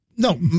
No